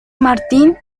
martin